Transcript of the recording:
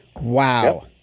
Wow